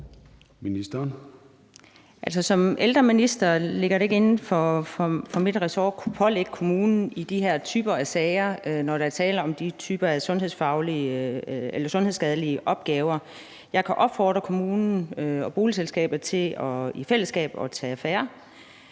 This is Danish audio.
Som ældreminister ligger det ikke inden for mit ressort at kunne pålægge kommunen noget i de her typer sager, når der er tale om de typer af sundhedsskadelige opgaver. Jeg kan opfordre kommunen og boligselskabet til i fællesskab at tage affære.